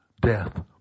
death